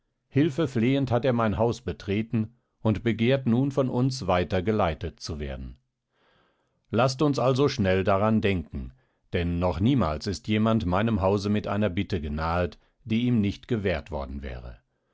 hilfeflehend hat er mein haus betreten und begehrt nun von uns weiter geleitet zu werden laßt uns also schnell daran denken denn noch niemals ist jemand meinem hause mit einer bitte genahet die ihm nicht gewährt worden wäre